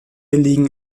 liegen